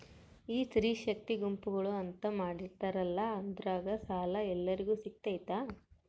ಈ ಸ್ತ್ರೇ ಶಕ್ತಿ ಗುಂಪುಗಳು ಅಂತ ಮಾಡಿರ್ತಾರಂತಲ ಅದ್ರಾಗ ಸಾಲ ಎಲ್ಲರಿಗೂ ಸಿಗತೈತಾ?